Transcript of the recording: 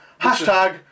Hashtag